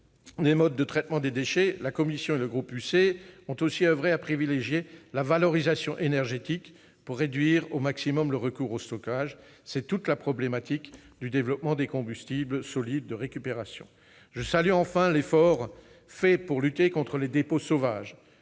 des modes de traitement des déchets, la commission et le groupe UC ont aussi oeuvré à privilégier la valorisation énergétique pour réduire au maximum le recours au stockage. C'est toute la problématique du développement des combustibles solides de récupération. Je salue enfin l'effort fourni pour lutter contre les dépôts sauvages.